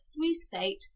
three-state